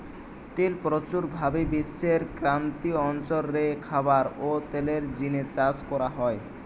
তিল প্রচুর ভাবি বিশ্বের ক্রান্তীয় অঞ্চল রে খাবার ও তেলের জিনে চাষ করা হয়